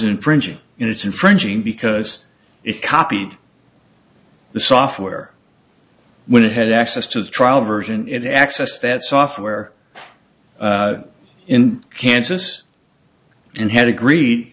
infringing in its infringing because it copied the software when it had access to the trial version in access that software in kansas and had agreed